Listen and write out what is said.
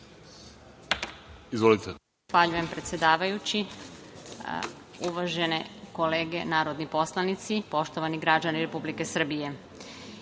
Zahvaljujem, predsedavajući. Uvažene kolege narodni poslanici, poštovani građani Republike Srbije,